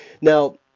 Now